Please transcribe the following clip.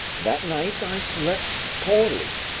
that night i slept poorly,